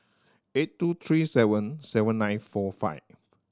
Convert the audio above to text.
eight two three seven seven nine four five